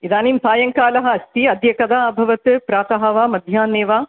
इदानीं सायङ्कालः अस्ति अद्य कदा अभवत् प्रातः वा मध्याह्ने वा